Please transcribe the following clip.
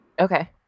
okay